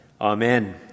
Amen